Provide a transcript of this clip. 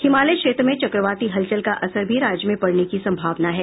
हिमालय क्षेत्र में चक्रवाती हलचल का असर भी राज्य में पड़ने की संभावना है